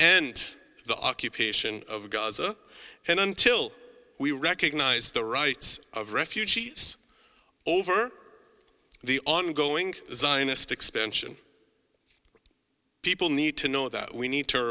end the occupation of gaza and until we recognize the rights of refugees over the ongoing zionist expansion people need to know that we need to